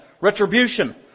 retribution